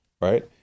right